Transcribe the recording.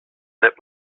zip